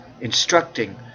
instructing